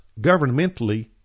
governmentally